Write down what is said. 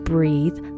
Breathe